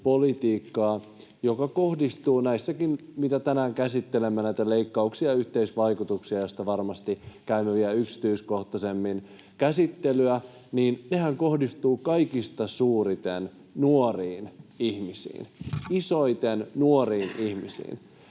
nämä leikkauksetkin, mitä tänään käsittelemme, ja niiden yhteisvaikutuksethan — joista varmasti käydään vielä yksityiskohtaisemmin käsittelyä — kohdistuvat kaikista suurimmin nuoriin ihmisiin, isoiten nuoriin ihmisiin.